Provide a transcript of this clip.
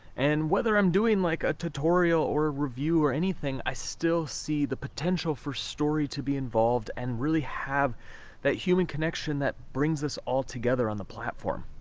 and whether i'm doing like a tutorial, or review, or anything, i still see the potential for story to be involved, and really have that human connection that brings us all together on the platform.